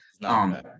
No